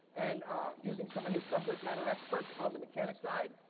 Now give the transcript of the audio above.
and using some of his subject matter experts on the mechanics side,